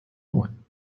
neun